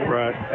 right